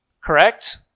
correct